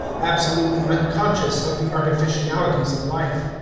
absolutely unconscious of the artificialities of life.